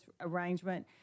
arrangement